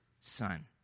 son